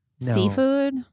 seafood